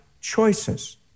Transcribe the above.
choices